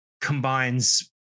combines